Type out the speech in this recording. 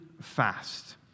fast